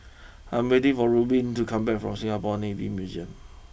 I'm waiting for Rubin to come back from Singapore Navy Museum